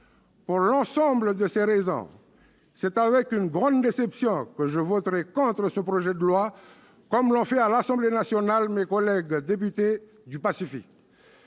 Pour l'ensemble de ces raisons, c'est avec une grande déception que je voterai contre ce projet de loi, comme l'ont fait à l'Assemblée nationale mes collègues députés du Pacifique.